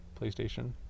PlayStation